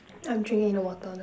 I'm drinking the water